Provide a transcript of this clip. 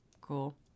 Cool